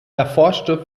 erforschte